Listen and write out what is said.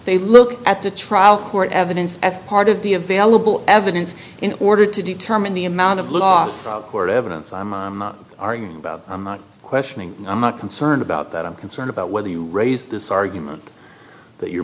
they look at the trial court evidence as part of the available evidence in order to determine the amount of loss of court evidence i'm not arguing about i'm not questioning i'm not concerned about that i'm concerned about whether you raise this argument that you're